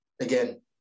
again